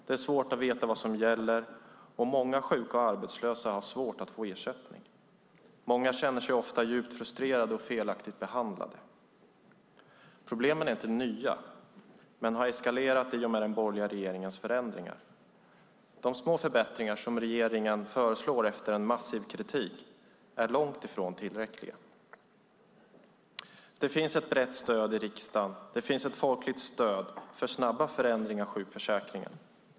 Det är svårt att veta vad som gäller. Många sjuka och arbetslösa har svårt att få ersättning. Många känner sig djupt frustrerade och felaktigt behandlade. Problemen är inte nya, men de har eskalerat i och med den borgerliga regeringens förändringar. De små förbättringar som regeringen efter en massiv kritik föreslår är långt ifrån tillräckliga. Det finns ett brett stöd i riksdagen och det finns ett folkligt stöd för snabba förändringar av sjukförsäkringen.